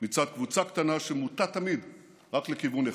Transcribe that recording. מצד קבוצה קטנה שמוטה תמיד רק לכיוון אחד.